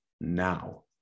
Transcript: now